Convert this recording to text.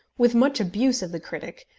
with much abuse of the critic,